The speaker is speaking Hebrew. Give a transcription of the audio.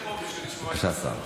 אני מתיישב פה בשביל לשמוע את השר.